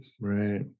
right